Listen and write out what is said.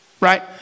Right